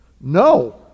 No